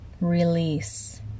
Release